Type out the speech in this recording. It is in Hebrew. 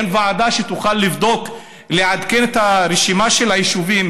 אין ועדה שתוכל לבדוק ולעדכן את הרשימה של היישובים